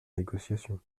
négociation